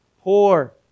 Poor